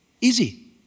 Easy